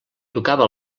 tocava